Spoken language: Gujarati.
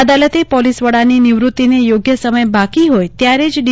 અદાલતે પોલીસ વડાની નીવૃતીને યોગ્ય સમય બાકી હોય ત્યારે ડી